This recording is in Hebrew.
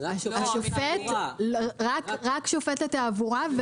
רק שופט התעבורה.